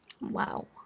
Wow